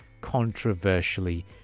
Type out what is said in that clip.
Controversially